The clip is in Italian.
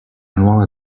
nuova